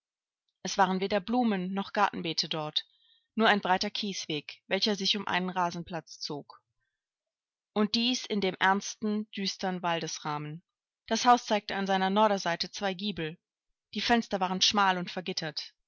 es waren weder blumen noch gartenbeete dort nur ein breiter kiesweg welcher sich um einen rasenplatz zog und dies in dem ernsten düstern waldesrahmen das haus zeigte an seiner vorderseite zwei giebel die fenster waren schmal und vergittert